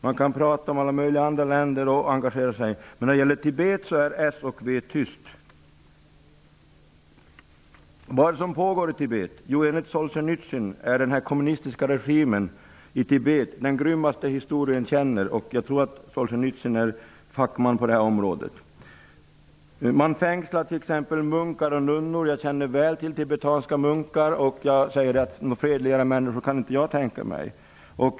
Man kan tala om alla möjliga andra länder och engagera sig, men när det gäller Tibet är Socialdemokraterna och Vänsterpartiet tysta. Vad är det som pågår i Tibet? Jo, enligt Solzjenitsyn är den kommunistiska regimen i Tibet den grymmaste historien känner, och jag tror att Solzjenitsyn är fackman på det här området. Man fängslar t.ex. munkar och nunnor. Jag känner väl till tibetanska munkar, och några fredligare människor kan inte jag tänka mig.